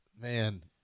man